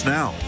Now